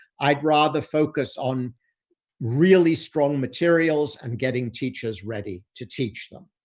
i'd rather focus on really strong materials and getting teachers ready to teach them.